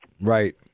Right